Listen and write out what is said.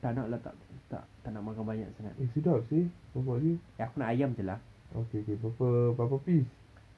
tak nak lah tak tak tak nak makan banyak sangat eh aku nak ayam jer lah